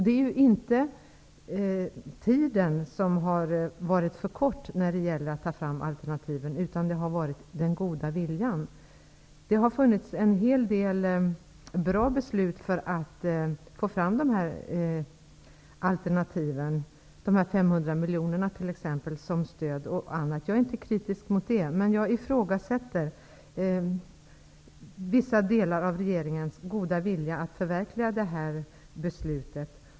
Det är inte så att tiden har varit för kort när det gäller att ta fram alternativ, utan den goda viljan har saknats. Det har fattats en hel del bra beslut som syftar till att få fram alternativ. Ett exempel är dessa 500 miljoner som stöd. Jag är inte kritisk mot det, men jag ifrågasätter delvis regeringens goda vilja att förverkliga det här beslutet.